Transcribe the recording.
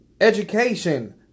education